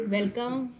Welcome